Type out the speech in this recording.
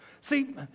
See